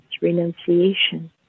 renunciation